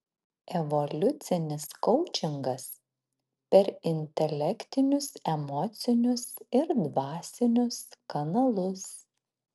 evoliucinis koučingas per intelektinius emocinius ir dvasinius kanalus